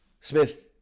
Smith